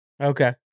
Okay